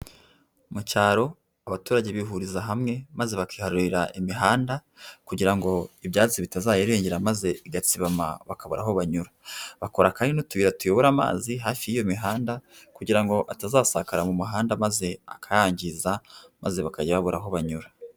Mu cyaro, abaturage bihuriza hamwe maze bakiharurira imihanda kugira ngo ibyatsi bitazayirengera maze igatsibama, bakabura aho banyura. Bakora kandi n'utuyira tuyobora amazi hafi y'iyo imihanda kugira ngo atazasakara mu muhanda maze akayangiza maze bakajya babura aho banyura.